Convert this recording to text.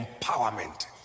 empowerment